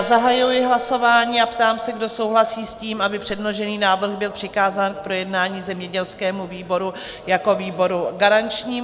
Zahajuji hlasování a ptám se, kdo je pro souhlasí s tím, aby předložený návrh byl přikázán k projednání zemědělskému výboru jako výboru garančnímu?